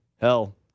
Hell